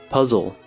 Puzzle